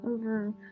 over